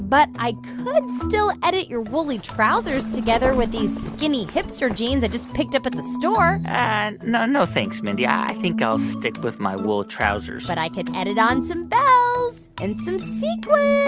but i could still edit your woolly trousers together with these skinny hipster jeans i just picked up at the store and no, no, thanks, mindy. i think i'll stick with my wool trousers but i could edit on some bells and some sequins.